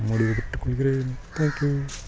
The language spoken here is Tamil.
முடிவு பெற்றுக் கொள்கிறேன் தேங்க்யூ